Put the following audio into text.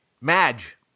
Madge